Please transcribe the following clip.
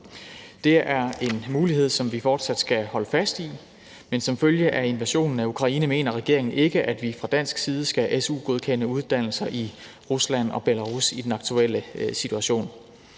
Det er en mulighed, som vi fortsat skal holde fast i, men som følge af invasionen af Ukraine mener regeringen ikke, at vi fra dansk side skal su-godkende uddannelser i Rusland og Belarus i den aktuelle situation.